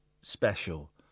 special